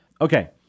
Okay